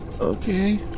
Okay